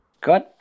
good